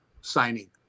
signing